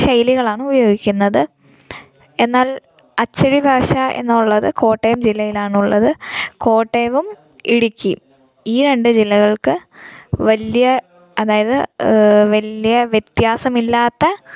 ശൈലികളാണ് ഉപയോഗിക്കുന്നത് എന്നാൽ അച്ചടി ഭാഷ എന്നുള്ളത് കോട്ടയം ജില്ലയിൽ ആണുള്ളത് കോട്ടയവും ഇടുക്കിയും ഈ രണ്ട് ജില്ലകൾക്ക് വലിയ അതായത് വലിയ വ്യത്യാസമില്ലാത്ത